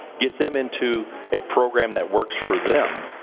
get them into a program that works for them,